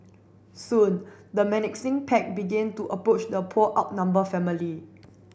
soon the menacing pack began to approach the poor outnumbered family